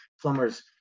plumbers